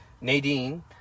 nadine